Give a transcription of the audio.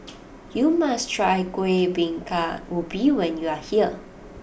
you must try Kuih Bingka Ubi when you are here